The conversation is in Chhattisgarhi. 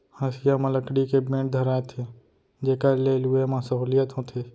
हँसिया म लकड़ी के बेंट धराथें जेकर ले लुए म सहोंलियत होथे